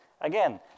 again